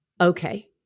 okay